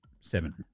seven